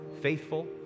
faithful